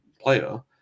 player